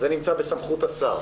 זה נמצא בסמכות השר.